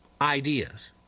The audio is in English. ideas